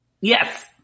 yes